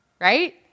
right